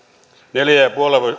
neljä ja